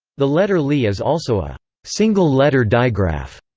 the letter ly is also a single letter digraph,